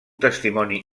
testimoni